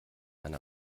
eine